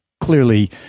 clearly